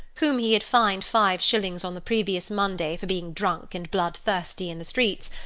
whom he had fined five shillings on the previous monday for being drunk and bloodthirsty in the streets,